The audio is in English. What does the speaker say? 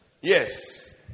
Yes